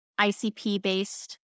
ICP-based